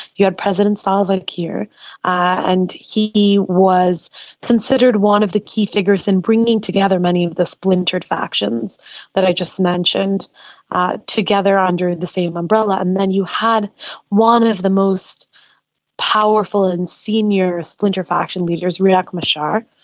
you had president salva kiir and he was considered one of the key figures in bringing together many of the splintered factions that i just mentioned together under the same umbrella. and then you had one of the most powerful and senior splinter faction leaders, riek machar,